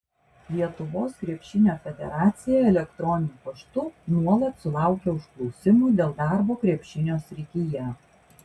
lietuvos krepšinio federacija elektroniniu paštu nuolat sulaukia užklausimų dėl darbo krepšinio srityje